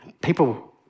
people